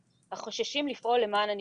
אני חושבת שאמרו את זה,